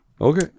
okay